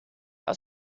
aus